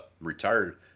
retired